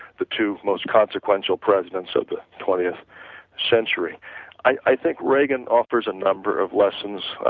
the two most consequential presidents of twentieth century i think reagan offers a number of lessons,